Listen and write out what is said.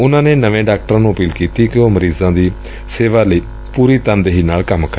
ਉਨੂਾ ਨੇ ਨਵੇ ਡਾਕਟਰਾ ਨੂੰ ਅਪੀਲ ਕੀਤੀ ਕਿ ਉਹ ਮਰੀਜ਼ਾਂ ਦੀ ਸੇਵਾ ਲਈ ਪੂਰੀ ਤਨਦੇਹੀ ਨਾਲ ਕੰਮ ਕਰਨ